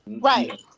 Right